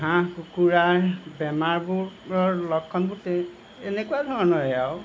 হাঁহ কুকুৰাৰ বেমাৰবোৰৰ লক্ষণবোৰ তেনেকুৱা ধৰণৰেই আৰু